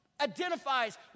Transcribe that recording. identifies